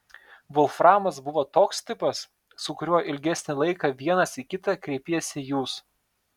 volframas buvo toks tipas su kuriuo ilgesnį laiką vienas į kitą kreipiesi jūs